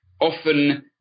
often